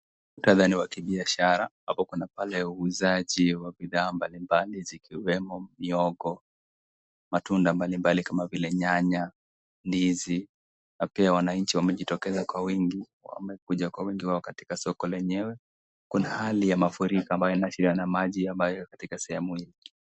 Muktadha ni wa kibiashara ambapo kuna pale uuzaji wa bidhaa mbalimbali zikiwemo mihogo, matunda mbalimbali kama vile nyanya, ndizi, na pia wananchi wamejitokeza kwa wingi wamekuja wengi wao. Katika soko lenyewe kuna hali ya mafuriko ambayo yanaashiriwa na maji ambayo yako katika sehemu ile.